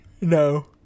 No